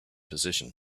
position